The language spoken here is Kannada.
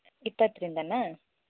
ಇಪ್ಪತ್ತರಿಂದಲಾ